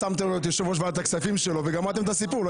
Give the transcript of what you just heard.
שמתם לו את יושב-ראש ועדת הכספים שלו וגמרתם את הסיפור.